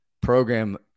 program